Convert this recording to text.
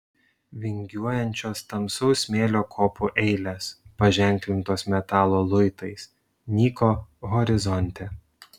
vingiuojančios tamsaus smėlio kopų eilės paženklintos metalo luitais nyko horizonte